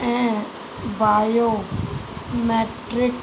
ऐं बायोमैट्रिक